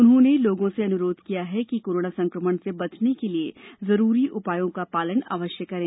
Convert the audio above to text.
उन्होंने लोगों से अनुरोध किया है कि कोरोना संकमण से बचने के लिए जरूरी उपायों का पालन अवश्य करें